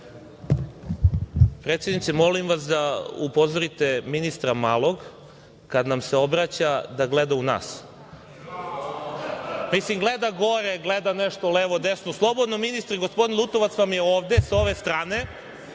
Predsednice, molim vas da upozorite ministra Malog, kada nam se obraća, da gleda u nas. Mislim, gleda gore, gleda nešto levo, desno. Slobodno ministre, gospodin Lutovac vam je ovde sa ove strane.